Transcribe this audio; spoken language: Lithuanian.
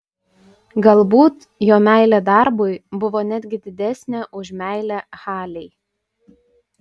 galbūt jo meilė darbui buvo netgi didesnė už meilę halei